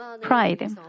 pride